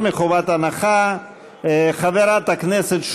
חברי הכנסת,